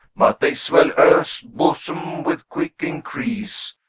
but they swell earth's bosom with quick increase,